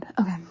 okay